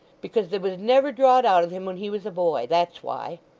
because they was never drawed out of him when he was a boy. that's why.